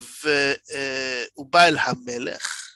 והוא בא אל המלך.